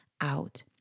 out